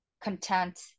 content